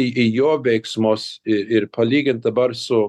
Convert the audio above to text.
į jo veiksmus ir palygint dabar su